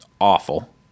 awful